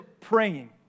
praying